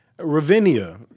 Ravinia